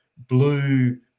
blue